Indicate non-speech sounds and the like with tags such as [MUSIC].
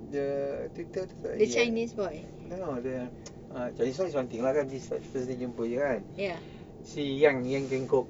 the tutor tak jadi eh no no the [NOISE] uh chinese boy is one thing lah kan this thursday jumpa you kan si yang yang keng kok